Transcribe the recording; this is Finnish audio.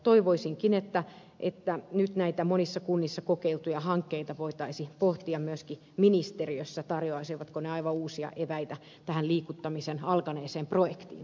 toivoisinkin että nyt näitä monissa kunnissa kokeiltuja hankkeita voitaisiin pohtia myöskin ministeriössä tarjoaisivatko ne aivan uusia eväitä tähän liikuttamisen alkaneeseen projektiin